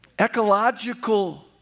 ecological